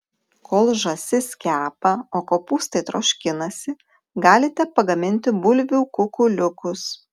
kol žąsis kepa o kopūstai troškinasi galite pagaminti bulvių kukuliukus